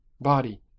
body